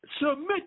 Submit